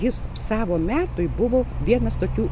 jis savo metui buvo vienas tokių